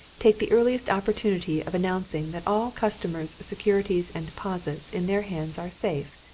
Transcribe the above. take the earliest opportunity of announcing that all customers' securities and deposits in their hands are safe,